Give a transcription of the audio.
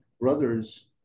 brothers